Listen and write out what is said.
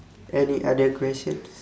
any other questions